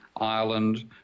Ireland